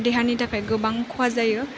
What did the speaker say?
देहानि थाखाय गोबां खहा जायो